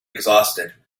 exhausted